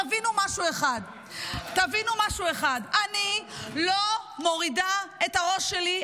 תבינו משהו אחד: אני לא מורידה את הראש שלי,